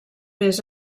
més